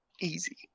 Easy